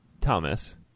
Thomas